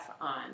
on